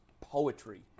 poetry